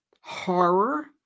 horror